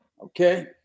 Okay